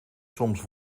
soms